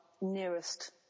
nearest